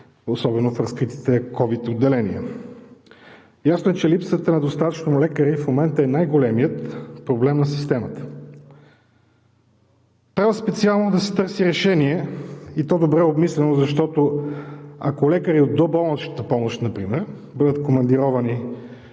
особено в разкритите ковид отделения? Ясно е, че липсата на достатъчно лекари в момента е най големият проблем на системата. Трябва специално да се търси решение, и то добре обмислено, защото, ако лекари от доболничната помощ, например, бъдат командировани